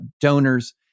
donors